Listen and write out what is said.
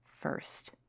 first